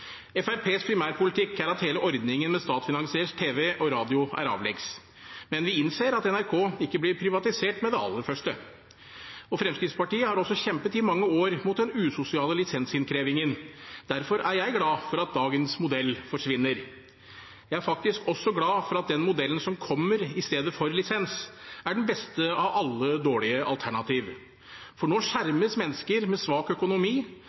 primærpolitikk er at hele ordningen med statsfinansiert tv og radio er avleggs, men vi innser at NRK ikke blir privatisert med det aller første. Fremskrittspartiet har også kjempet i mange år mot den usosiale lisensinnkrevingen. Derfor er jeg glad for at dagens modell forsvinner. Jeg er faktisk også glad for at den modellen som kommer i stedet for lisens, er den beste av alle dårlige alternativer, for nå skjermes mennesker med svak økonomi,